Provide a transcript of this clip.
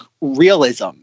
realism